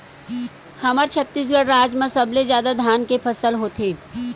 हमर छत्तीसगढ़ राज म सबले जादा धान के फसल होथे